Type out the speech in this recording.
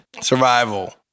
survival